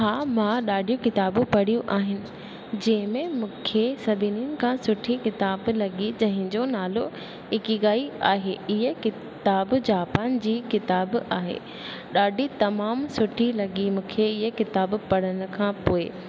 हा मां ॾाढी किताबूं पढ़ियूं आहिनि जे में मूंखे सभिनीनि खां सुठी किताब लॻी जंहिंजो नालो इकिगाई आहे इहा किताब जापान जी किताब आहे ॾाढी तमामु सुठी लॻी मूंखे इहा किताबु पढ़ण खां पोइ